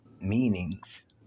meanings